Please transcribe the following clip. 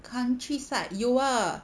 country side 有啊